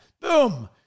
Boom